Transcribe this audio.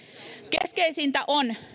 keskeisintä on